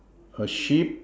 a sheep